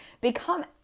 become